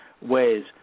ways